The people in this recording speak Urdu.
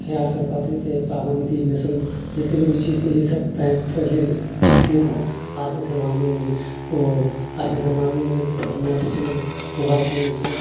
خیال کر پاتے تھے پابندی نسل جتنی بھی چیز تھی یہ سب پہلے ٹھیک نہیں تھا آج کے زمانے میں وہ آج کے زمانے میں پڑھنا لکھنا موبائل چلنا سب